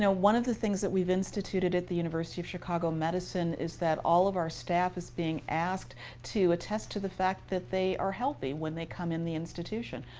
one of the things that we've instituted at the university of chicago medicine is that all of our staff is being asked to attest to the fact that they are healthy when they come in the institution.